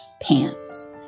pants